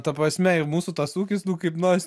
ta prasme ir mūsų tas ūkis kaip nors